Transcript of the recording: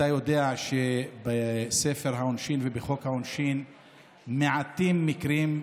אתה יודע שבספר העונשין ובחוק העונשין מעטים המקרים,